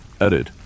Edit